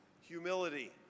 humility